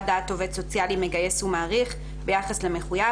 דעת עובד סוציאלי מגייס ומעריך ביחס למחויב,